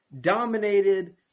dominated